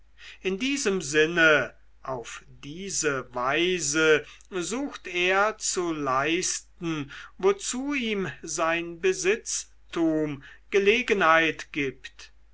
in diesem sinne auf diese weise sucht er zu leisten wozu ihm sein besitztum gelegenheit gibt